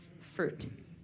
Fruit